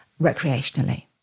recreationally